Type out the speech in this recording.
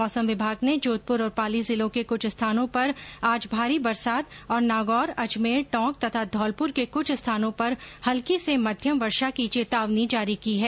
मौसम विभाग ने जोधपुर और पाली जिलों के कुछ स्थानों पर आज भारी बरसात और नागौर अजमेर टोंक तथा धौलपुर के कुछ स्थानों पर हल्की से मध्यम वर्षा की चेतावनी जारी की है